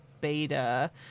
beta